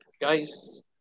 guys